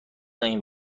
این